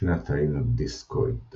שני התאים הדיסקואידליים,